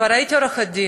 כבר הייתי עורכת-דין